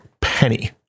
Penny